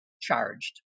charged